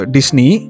Disney. (